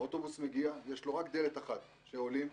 האוטובוס מגיע, יש לו רק דלת אחת שעולים,